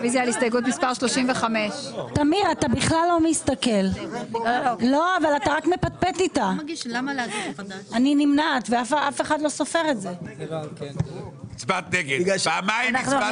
רוויזיה על הסתייגות מס' 2. מי בעד,